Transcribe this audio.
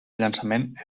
llançament